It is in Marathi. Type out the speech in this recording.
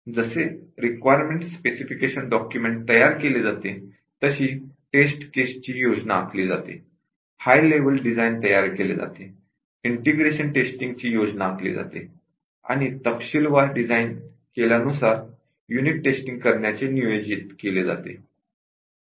जसे रिक्वायरमेंट स्पेसिफिकेशन डॉक्युमेंट तयार केले जाते तशी टेस्ट केस ची प्लॅनिंग केली जाते हाय लेवल डिझाइन तयार केले जाते इंटिग्रेशन टेस्टींग ची योजना आखली जाते आणि तपशीलवार डिझाइन केल्यानुसार युनिट टेस्टींग करण्याचे नियोजित केले जाते